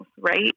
right